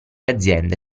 aziende